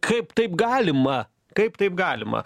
kaip taip galima kaip taip galima